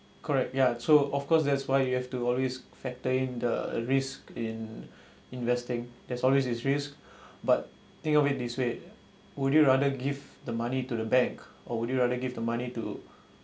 correct ya so of course that's why you have to always factor in the risk in investing there's always a risk but think of it this way would you rather give the money to the bank or would you rather give the money to